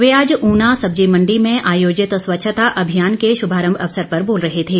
वे आज ऊना सब्जी मंडी में आयोजित स्वच्छता अभियान के शुभारंभ अवसर पर बोल रहे थे